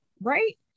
right